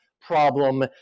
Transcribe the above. problem